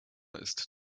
ist